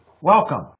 Welcome